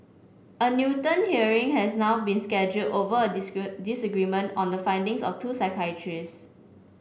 a Newton hearing has now been scheduled over a disagree disagreement on the findings of two psychiatrists